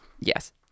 Yes